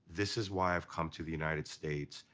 this is why i've come to the united states.